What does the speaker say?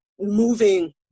moving